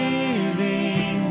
Living